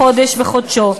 חודש בחודשו.